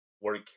work